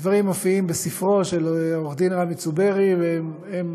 הדברים מופיעים בספרו של עו"ד רמי צוברי והם